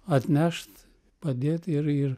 atnešt padėt ir ir